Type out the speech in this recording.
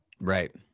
Right